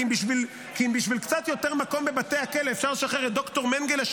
כי אם בשביל קצת יותר מקום בבתי הכלא אפשר לשחרר את ד"ר מנגלה,